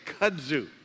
kudzu